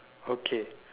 okay